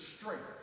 strength